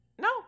No